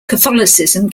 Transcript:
catholicism